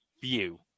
View